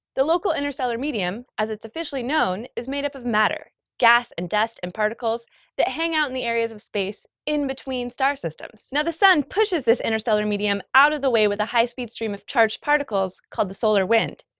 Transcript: the local interstellar medium, as it's officially known, is made up of matter gas and dust and particles that hang out in the areas of space in between star systems. now the sun pushes this interstellar medium out of the way with a high-speed stream of charged particles called the solar wind.